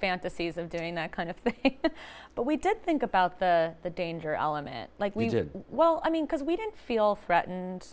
fantasies of doing that kind of thing but we did think about the the danger element like we did well i mean because we didn't feel threatened